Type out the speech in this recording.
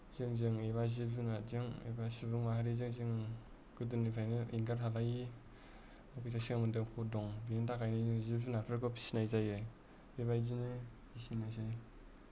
जोंजों एबा जिब जुनारजों एबा सुबुं माहारिजों जों गोदोनिफ्रायनो एंगारहालायि अबयस्से सोमोन्दोफोर दं बेनि थाखायनो जिब जुनारफोरखौ फिसिनाय जायो बेबायदिनो फिसिनाय जायो